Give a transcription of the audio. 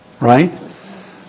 right